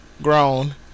grown